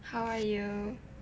how are you